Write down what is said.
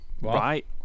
Right